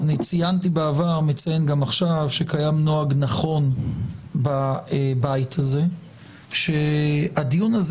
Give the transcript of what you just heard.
ציינתי בעבר ואני מציין גם עכשיו שקיים נוהג נכון בבית הזה שהדיון הזה